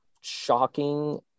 shocking